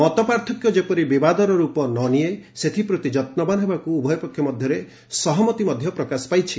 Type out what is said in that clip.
ମତପାର୍ଥକ୍ୟ ଯେପରି ବିବାଦର ରୂପ ନ ନିଏ ସେଥିପ୍ରତି ଯତ୍ନବାନ ହେବାକୁ ଉଭୟ ପକ୍ଷ ମଧ୍ୟରେ ସହମତି ପ୍ରକାଶ ପାଇଛି